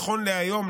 נכון להיום,